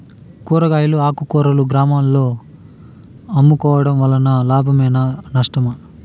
కూరగాయలు ఆకుకూరలు గ్రామాలలో అమ్ముకోవడం వలన లాభమేనా నష్టమా?